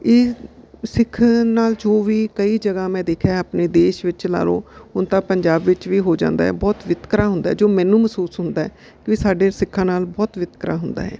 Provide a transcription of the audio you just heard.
ਇਹ ਸਿੱਖ ਨਾਲ ਜੋ ਵੀ ਕਈ ਜਗ੍ਹਾ ਮੈਂ ਦੇਖਿਆ ਆਪਣੇ ਦੇਸ਼ ਵਿੱਚ ਲਾ ਲਓ ਹੁਣ ਤਾਂ ਪੰਜਾਬ ਵਿੱਚ ਵੀ ਹੋ ਜਾਂਦਾ ਬਹੁਤ ਵਿਤਕਰਾ ਹੁੰਦਾ ਹੈ ਜੋ ਮੈਨੂੰ ਮਹਿਸੂਸ ਹੁੰਦਾ ਕਿਉਂਕਿ ਸਾਡੇ ਸਿੱਖਾਂ ਨਾਲ ਬਹੁਤ ਵਿਤਕਰਾ ਹੁੰਦਾ ਹੈ